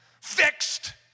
Fixed